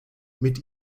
mit